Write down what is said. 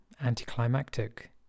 anticlimactic